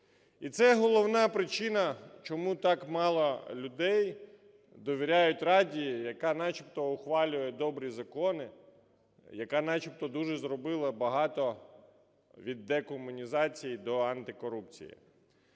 І це головна причина, чому так мало людей довіряють Раді, яка начебто ухвалює добрі закони, яка начебто дуже зробила багато від декомунізації до антикорупції.